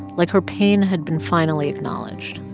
like her pain had been finally acknowledged.